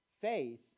Faith